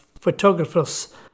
photographer's